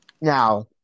Now